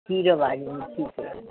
खीर वारियूं